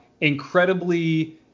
incredibly